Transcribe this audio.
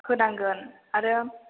होनांगोन आरो